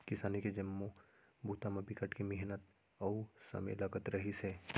किसानी के जम्मो बूता म बिकट के मिहनत अउ समे लगत रहिस हे